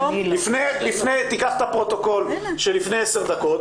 תיקח את הפרוטוקול שלפני 10 דקות,